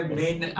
main